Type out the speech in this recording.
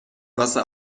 واسه